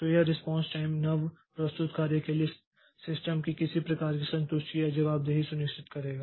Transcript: तो यह response time नव प्रस्तुत कार्य के लिए सिस्टम की किसी प्रकार की संतुष्टि या जवाबदेही सुनिश्चित करेगा